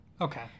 Okay